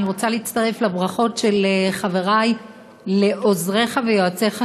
אני רוצה להצטרף לברכות של חברי לעוזריך ויועציך הנאמנים,